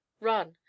run